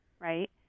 right